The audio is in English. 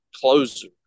closer